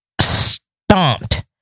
stomped